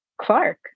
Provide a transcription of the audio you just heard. Clark